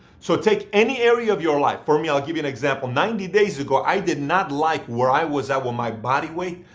so take any area of your life. for me, i'll give you an example. ninety days ago i did not like where i was at with my body weight,